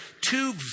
two